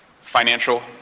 Financial